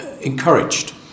encouraged